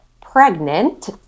pregnant